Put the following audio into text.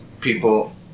People